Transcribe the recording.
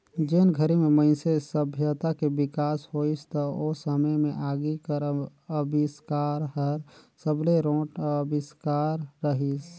जेन घरी में मइनसे सभ्यता के बिकास होइस त ओ समे में आगी कर अबिस्कार हर सबले रोंट अविस्कार रहीस